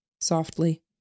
softly